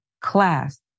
class